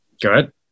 good